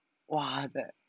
!wah! that